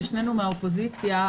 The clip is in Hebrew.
ושנינו מהאופוזיציה,